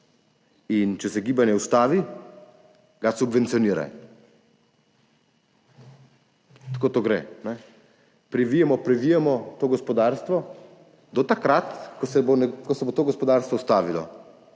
In če se gibanje ustavi, ga subvencioniraj.« Tako to gre, privijemo, previjemo to gospodarstvo do takrat, ko se bo to gospodarstvo ustavilo.